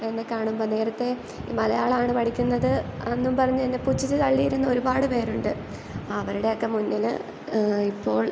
എന്നെ കാണുമ്പോൾ നേരത്തെ മലയാളമാണ് പഠിക്കുന്നത് എന്നും പറഞ്ഞ് എന്നെ പുച്ഛിച്ച് തള്ളിയിരുന്ന ഒരുപാട് പേരുണ്ട് അവരുടെയൊക്കെ മുന്നിൽ ഇപ്പോൾ